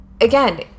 again